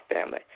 family